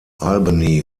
albany